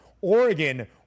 Oregon